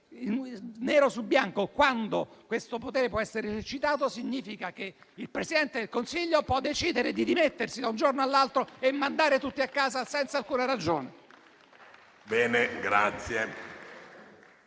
nero su bianco quando questo potere può essere esercitato, significa che il Presidente del Consiglio può decidere di dimettersi da un giorno all'altro e mandare tutti a casa senza alcuna ragione.